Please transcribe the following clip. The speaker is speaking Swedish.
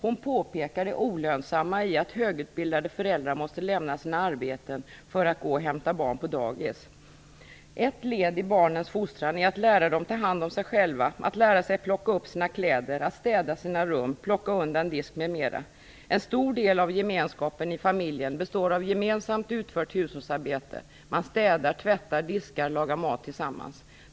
Hon påpekar det olönsamma i att högutbildade föräldrar måste lämna sina arbeten för att gå och hämta barn på dagis. Ett led i barnens fostran är att lära dem att ta hand om sig själva, att lära sig att plocka upp sina kläder, att städa sina rum, plocka undan disk m.m. En stor del av gemenskapen i familjen består av gemensamt utfört hushållsarbete: Man städar, tvättar, diskar och lagar mat tillsammans.